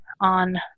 on